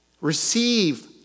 Receive